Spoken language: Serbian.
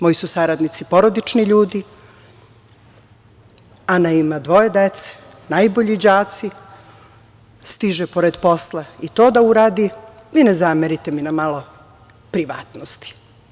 Moji su saradnici porodični ljudi, Ana ima dvoje dece, najbolji đaci, stiže pored posla i to da uradi i ne zamerite mi na malo privatnosti.